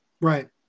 Right